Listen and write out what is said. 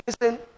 listen